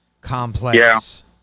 complex